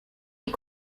est